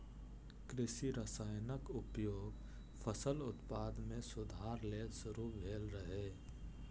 कृषि रसायनक उपयोग फसल उत्पादन मे सुधार लेल शुरू भेल रहै